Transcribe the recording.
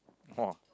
!wow!